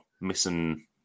missing